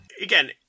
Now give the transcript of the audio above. again